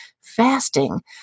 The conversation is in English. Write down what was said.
fasting